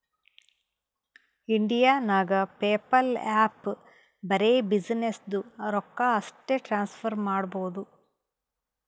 India ನಾಗ್ PayPal app ಬರೆ ಬಿಸಿನ್ನೆಸ್ದು ರೊಕ್ಕಾ ಅಷ್ಟೇ ಟ್ರಾನ್ಸಫರ್ ಮಾಡಬೋದು